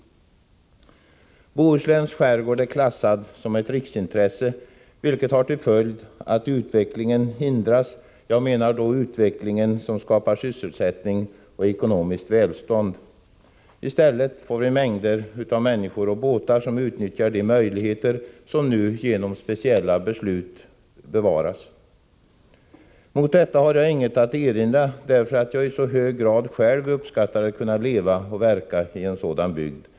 Bohusläns skärgård är klassad som ett riksintresse, vilket får till följd att utvecklingen hindras — jag menar då utveckling som skapar sysselsättning och ekonomiskt välstånd. Vi får mängder av människor och båtar som utnyttjar de möjligheter till rekreation som genom speciella beslut bevaras. Mot detta har jag inget att erinra, eftersom jag själv i så hög grad uppskattar att kunna leva och verka i en sådan bygd.